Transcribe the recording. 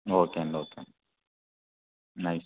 okay అండి okay అండి